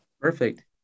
Perfect